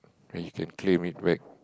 and you can claim it back